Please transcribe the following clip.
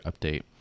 update